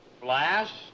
Blast